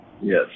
Yes